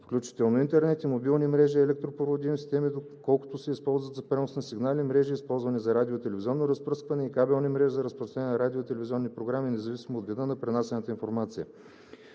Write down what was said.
включително интернет) и мобилни мрежи, електропроводни системи, доколкото се използват за пренос на сигнали, мрежи, използвани за радио- и телевизионно разпръскване, и кабелни мрежи за разпространение на радио- и телевизионни програми, независимо от вида на пренасяната информация.“